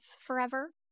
forever